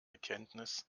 erkenntnis